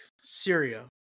Syria